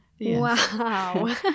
Wow